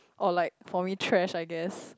or like for me trash I guess